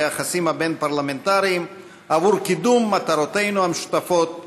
היחסים הבין-פרלמנטריים לקידום מטרותינו המשותפות,